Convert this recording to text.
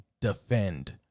defend